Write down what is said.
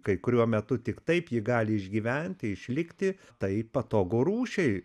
kai kuriuo metu tik taip ji gali išgyventi išlikti tai patogu rūšiai